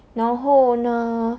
然后呢